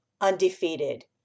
undefeated